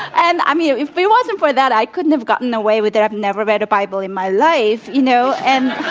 and i mean, if it wasn't for that, i couldn't have gotten away with it. i've never read a bible in my life, you know? and